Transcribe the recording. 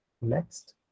Next